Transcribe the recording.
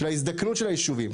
של ההזדקנות של הישובים.